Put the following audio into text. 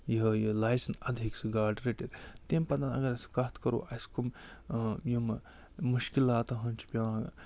یِہوٚے یہِ لایسٮ۪ن اَدٕ ہیٚکہِ سُہ گاڈٕ رٔٹِتھ تَمہِ پَتہٕ اَگر أسۍ کَتھ کرو اَسہِ کَم یِمہٕ مُشکِلاتَن ہُنٛد چھِ پٮ۪وان